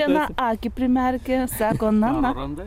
vieną akį primerkę sako nana